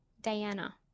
Diana